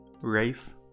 Race